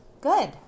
Good